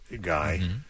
guy